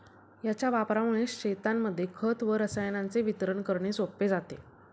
याच्या वापरामुळे शेतांमध्ये खत व रसायनांचे वितरण करणे सोपे जाते